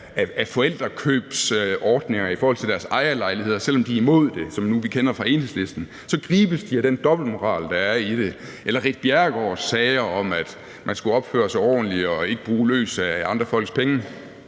af forældrekøbsordninger i forhold til ejerlejligheder, selv om de er imod det, som vi nu kender det fra Enhedslisten, så gribes de af den dobbeltmoral, der er i det. Eller Ritt Bjerregaards sager om, at man skulle opføre sig ordentligt og ikke bruge løs af andre folks penge,